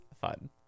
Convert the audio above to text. fun